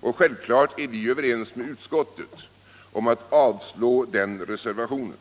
och självfallet är vi överens med utskottsmajoriteten om att avslå det yrkandet.